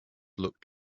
looked